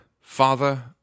father